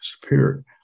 disappeared